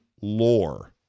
lore